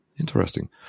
interesting